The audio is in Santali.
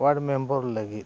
ᱳᱣᱟᱨᱰ ᱢᱮᱢᱵᱚᱨ ᱞᱟᱹᱜᱤᱫ